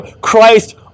Christ